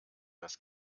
das